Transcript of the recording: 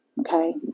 Okay